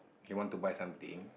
he want to buy something